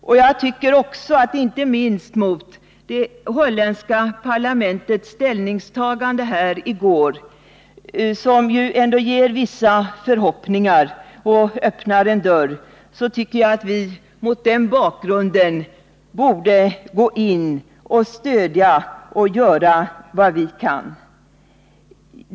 Inte minst mot bakgrund av det holländska parlamentets ställningstagande i går, som ändå ger vissa förhoppningar och öppnar en dörr, tycker jag att vi borde gå in med stöd och göra vad vi kan.